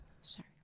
Sorry